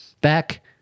back